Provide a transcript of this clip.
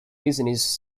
business